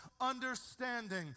understanding